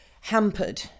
hampered